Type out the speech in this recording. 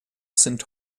sind